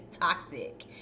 toxic